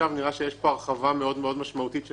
נראה שיש הרחבה מאוד מאוד משמעותית של